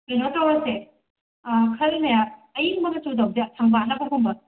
ꯀꯩꯅꯣ ꯇꯧꯔꯁꯦ ꯈꯔꯅꯦ ꯑꯌꯤꯡꯕ ꯃꯆꯨꯗꯣ ꯁꯪꯕꯥꯟꯅꯕ ꯒꯨꯝꯕ